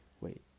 Wait